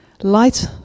Light